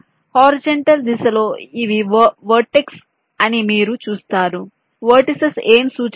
horizontal దిశలో ఇవి vertices అని మీరు చూస్తారు వెర్టిసిస్ ఏమి సూచిస్తాయి